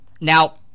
now